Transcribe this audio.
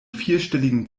vierstelligen